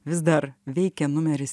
vis dar veikia numeris